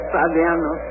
Fabiano